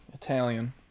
Italian